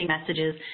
messages